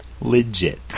Legit